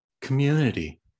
community